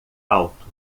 alto